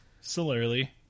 similarly